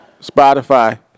Spotify